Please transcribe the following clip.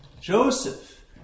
Joseph